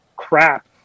Crap